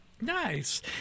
Nice